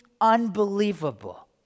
unbelievable